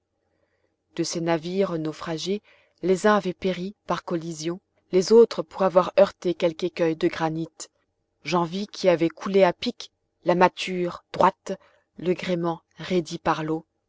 de ces navires naufragés les uns avaient péri par collision les autres pour avoir heurté quelque écueil de granit j'en vis qui avaient coulé à pic la mâture droite le gréement raidi par l'eau